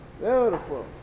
Beautiful